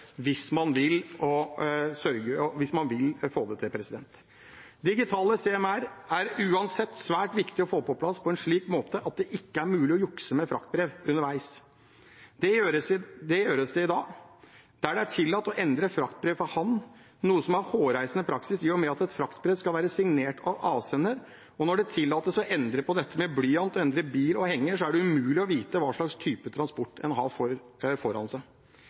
hvis man vil. Digitale CMR er uansett svært viktig å få på plass på en slik måte at det ikke er mulig å jukse med fraktbrev underveis, noe som gjøres i dag. Det er tillatt å endre fraktbrev for hånd, noe som er en hårreisende praksis, i og med at et fraktbrev skal være signert av avsenderen. Når det tillates å endre på dette med blyant, endre bil og henger, er det umulig å vite hva slags type transport en har foran seg.